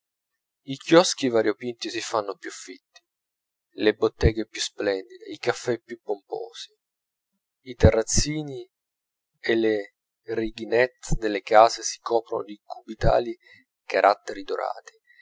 i chioschi variopinti si fanno più fitti le botteghe più splendide i caffè più pomposi i terrazzini e le righinette delle case si coprono di cubitali caratteri dorati